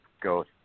go